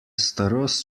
starost